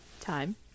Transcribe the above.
time